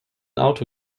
auto